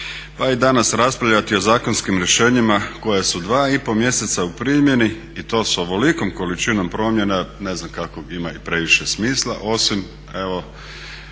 pa i danas raspravljati o zakonskim rješenjima koja su dva i pol mjeseca u primjeni i to s ovolikom količinom promjena ne znam kakvog ima i previše smisla osim evo